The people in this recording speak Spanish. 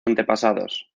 antepasados